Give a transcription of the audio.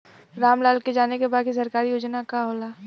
राम लाल के जाने के बा की सरकारी योजना का होला?